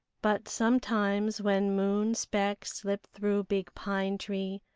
but sometimes when moon specks slip through big pine-tree,